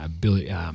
Billy